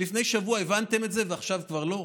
לפני שבוע הבנתם את זה ועכשיו כבר לא?